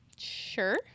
sure